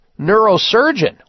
neurosurgeon